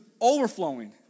overflowing